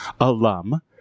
alum